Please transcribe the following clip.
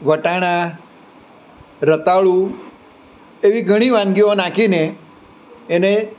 વટાણા રતાળુ એવી ઘણી વાનગીઓ નાખીને એને